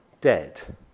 dead